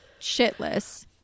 shitless